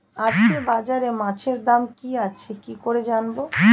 আজকে বাজারে মাছের দাম কি আছে কি করে জানবো?